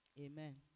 Amen